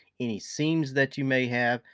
any seems that you may have,